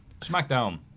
Smackdown